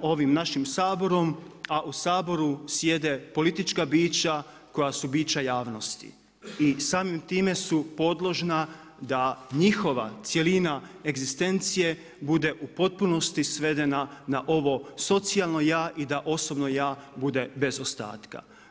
ovim našim Saborom, a u Saboru sjede politička bića koja su bića javnosti i samim time su podložna da njihova cjelina egzistencije bude u potpunosti svedena na ovo socijalno ja i da osobno ja bude bez ostatka.